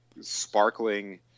sparkling